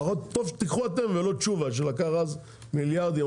טוב שתיקחו אתם ולא תשובה שלקח אז מיליארדים,